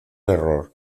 error